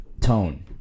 tone